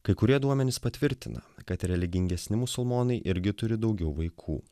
kai kurie duomenys patvirtina kad religingesni musulmonai irgi turi daugiau vaikų